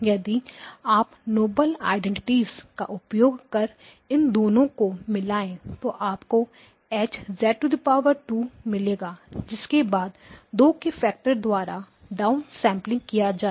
यदि आप noble identities का उपयोग कर इन दोनों को मिलाएँ तो आपको H मिलेगा जिसके बाद 2 के फ़ैक्टर द्वारा डा उन सैंपलिंग किया जाएगा